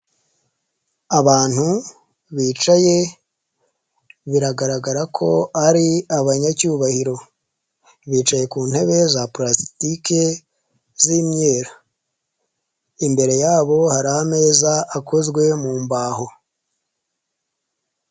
Abantu bicaye biragaragara ko ari abanyacyubahiro bicaye ku ntebe za purastike z'imyeru, imbere yabo hari ameza akozwe mu mbaho.